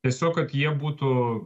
tiesiog kad jie būtų